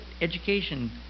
education